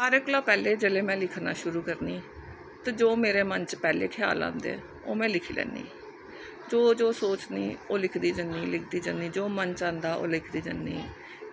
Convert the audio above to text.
सारे कोला पैह्लें में जिसले लिखना शुरू करनी ते जो मेरे मन च पैह्ले ख्याल आंदे ओह् में लिखी लैनी जो जो सोचनी ओह् लिखदी ज'न्नी लिखदी ज'न्नी जो मन च आंदा ओह् लिखदी ज'न्नी